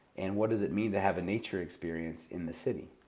and what does it mean to have a nature experience in the city?